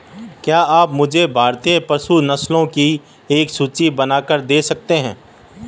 क्या आप मुझे भारतीय पशु नस्लों की एक सूची बनाकर दे सकते हैं?